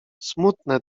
smutne